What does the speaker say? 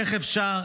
איך אפשר?